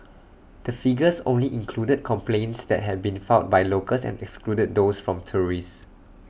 the figures only included complaints that had been filed by locals and excludes those from tourists